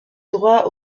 droit